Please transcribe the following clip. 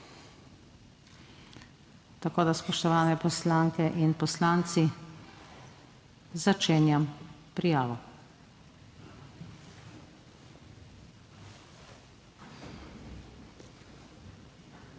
Tako da, spoštovane poslanke in poslanci, začenjam prijavo.